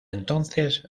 entonces